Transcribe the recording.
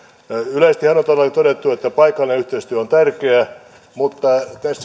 yleisestihän on todellakin todettu että paikallinen yhteistyö on tärkeää mutta tässä